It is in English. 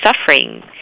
suffering